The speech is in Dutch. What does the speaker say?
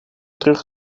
terug